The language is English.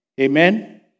Amen